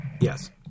Yes